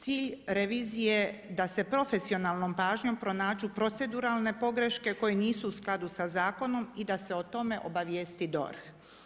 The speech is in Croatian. Cilj revizije je da se profesionalnom pažnjom pronađu proceduralne pogreške koje nisu u skladu s zakonom i da se o tome obavijesti DORH.